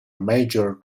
major